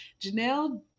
Janelle